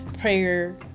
prayer